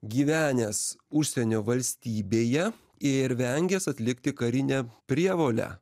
gyvenęs užsienio valstybėje ir vengęs atlikti karinę prievolę